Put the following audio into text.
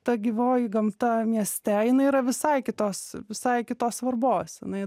ta gyvoji gamta mieste jinai yra visai kitos visai kitos svarbos jinai